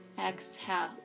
exhale